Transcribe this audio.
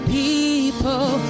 people